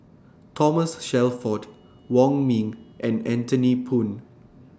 Thomas Shelford Wong Ming and Anthony Poon